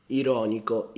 ironico